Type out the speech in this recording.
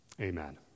Amen